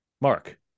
mark